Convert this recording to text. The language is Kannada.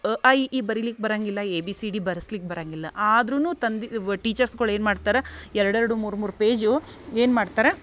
ಅ ಆ ಇ ಈ ಬರಿಲಿಕ್ಕಡ ಬರಂಗಿಲ್ಲ ಎ ಬಿ ಸಿ ಡಿ ಬರ್ಸ್ಲಿಕ್ಕೆ ಬರಂಗಿಲ್ಲ ಆದ್ರೂ ತಂದೆ ಟೀಚರ್ಸ್ಗಳು ಏನು ಮಾಡ್ತಾರೆ ಎರಡು ಎರಡು ಮೂರು ಮೂರು ಪೇಜ್ ಏನು ಮಾಡ್ತಾರೆ